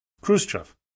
Khrushchev